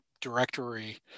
directory